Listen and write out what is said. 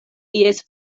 ies